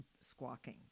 squawking